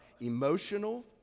emotional